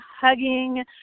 hugging